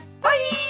bye